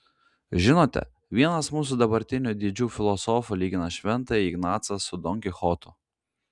žinote vienas mūsų dabartinių didžių filosofų lygina šventąjį ignacą su don kichotu